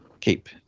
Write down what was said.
keep